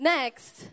Next